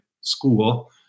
school